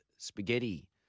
spaghetti